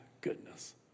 goodness